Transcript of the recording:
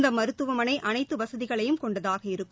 இந்த மருத்துவமனை அனைத்து வசதிகளையும் கொண்டதாக இருக்கும்